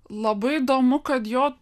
labai įdomu kad jo